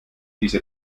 diese